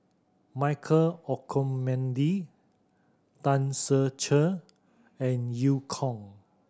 Michael Olcomendy Tan Ser Cher and Eu Kong